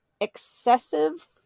excessive